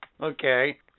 Okay